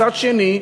מצד שני,